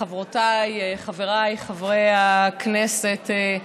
חברותיי, חבריי חברי הכנסת,